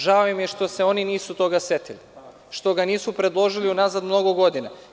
Žao im je što se oni toga nisu setili, što ga nisu predložili unazad mnogo godina.